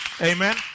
Amen